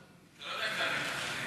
אתה לא יודע אם זה המתנחלים.